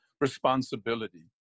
responsibility